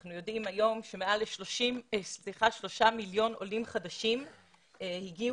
אנחנו יודעים היום שמעל לשלושה מיליון עולים חדשים הגיעו